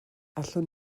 allwn